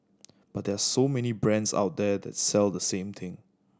but there are so many brands out there that sell the same thing